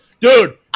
Dude